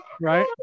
right